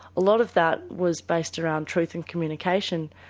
a lot of that was based around truth and communication,